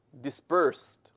dispersed